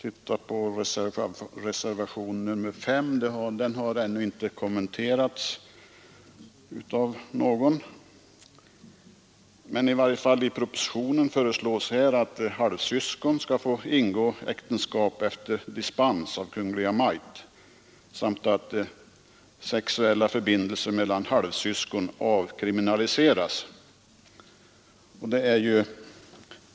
Reservationen 5 har ännu inte kommenterats av någon. Propositionen föreslår att halvsyskon skall få ingå äktenskap efter dispens av Kungl. Maj:t samt att sexuella förbindelser mellan halvsyskon avkriminaliseras.